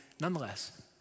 nonetheless